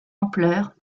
ampleur